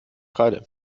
kreide